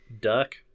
Duck